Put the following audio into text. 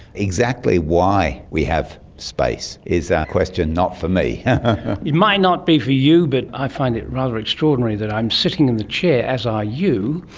exactly why we have space is a question not for me. it might not be for you but i find it rather extraordinary that i'm sitting in the chair, as are you,